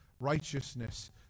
Righteousness